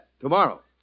tomorrow